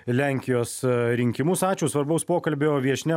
lenkijos rinkimus ačiū svarbaus pokalbio viešnia